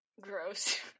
gross